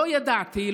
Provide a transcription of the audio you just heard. לא ידעתי,